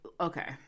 okay